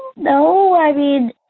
no, i mean.